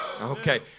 okay